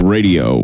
Radio